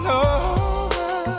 over